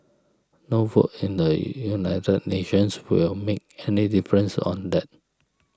no vote in the United Nations will make any difference on that